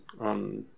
on